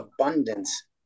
abundance